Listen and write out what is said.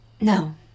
No